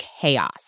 chaos